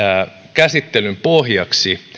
käsittelyn pohjaksi